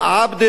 עבדה,